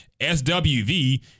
SWV